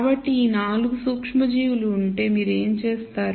కాబట్టి ఈ 4 సూక్ష్మజీవులు ఉంటే మీరు ఏమి చేస్తారు